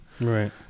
Right